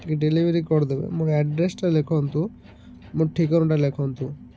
ଟିକେ ଡେଲିଭରି କରିଦେବେ ମୋ ଆଡ଼୍ରେସ୍ଟା ଲେଖନ୍ତୁ ମୋ ଠିକଣାଟା ଲେଖନ୍ତୁ